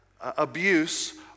abuse